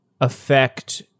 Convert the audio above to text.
affect